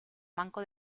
manco